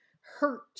hurt